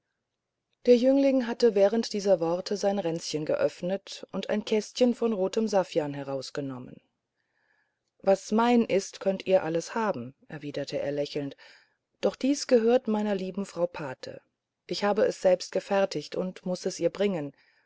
der jüngling hatte während dieser worte sein ränzchen geöffnet und ein kästchen von rotem saffian herausgenommen was mein ist könnet ihr alles haben erwiderte er lächelnd doch dies gehört meiner lieben frau pate ich habe es selbst gefertigt und muß es ihr bringen